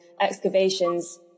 excavations